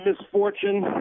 misfortune